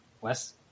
Wes